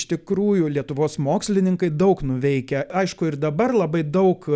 iš tikrųjų lietuvos mokslininkai daug nuveikę aišku ir dabar labai daug